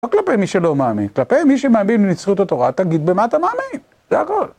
לא כלפי מי שלא מאמין, כלפי מי שמאמין לנצחיות התורה תגיד במה אתה מאמין, זה הכל.